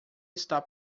está